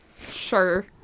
Sure